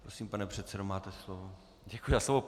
Prosím, pane předsedo, máte slovo.